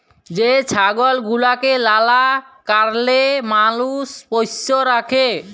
যে ছাগল গুলাকে লালা কারলে মালুষ পষ্য রাখে